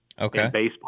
okay